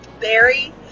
Barry